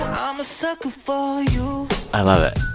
i'm a sucker for you i love it. oh,